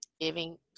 giving